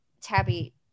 tabby